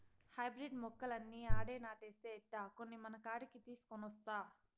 hybrid మొక్కలన్నీ ఆడే నాటేస్తే ఎట్టా, కొన్ని మనకాడికి తీసికొనొస్తా